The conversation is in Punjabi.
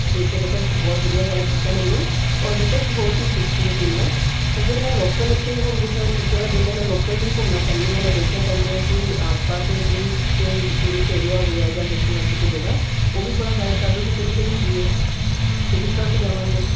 ਠੀਕ ਹੈ ਬੇਟਾ ਤੁਸੀਂ ਬਹੁਤ ਵਧੀਆ ਗਾਈਡ ਕੀਤਾ ਮੈਨੂੰ ਔਰ ਬੇਟਾ ਇੱਕ ਹੋਰ ਚੀਜ਼ ਪੁੱਛਣੀ ਸੀ ਮੈਂ ਅਗਰ ਮੈਂ ਲੋਕਲ ਇੱਥੇ ਹੁਣ ਜਿਸ ਤਰ੍ਹਾਂ ਛੁੱਟੀ ਵਾਲੇ ਦਿਨ ਮੈਂ ਲੋਕਲ ਵੀ ਘੁੰਮਣਾ ਚਾਹੁੰਦੀ ਹਾਂ ਮੈਂ ਦੇਖਣਾ ਚਾਹੁੰਦੀ ਹਾਂ ਕਿ ਆਸ ਪਾਸ ਦੇ ਕਈ ਟੂਰਿਸਟ ਏਰੀਆ ਹੈਗੇ ਆ ਜਾਂ ਦੇਖਣ ਵਾਸਤੇ ਕੋਈ ਜਗ੍ਹਾ ਉਹ ਵੀ ਥੋੜ੍ਹਾ ਗਾਈਡ ਕਰ ਦਿਉ ਕਿ ਕਿਹੜੀ ਕਿਹੜੀ ਹੈਗੀ ਆ ਅਤੇ ਕਿਸ ਤਰ੍ਹਾਂ ਅਸੀਂ ਜਾਵਾਂਗੇ